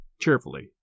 cheerfully